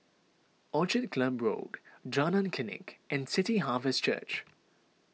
Orchid Club Road Jalan Klinik and City Harvest Church